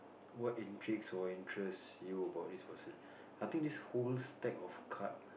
what intrigues or interests you about this person I think this whole stack of card